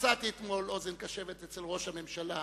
ומצאתי אתמול אוזן קשבת אצל ראש הממשלה